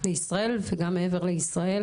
וגם מעבר לישראל.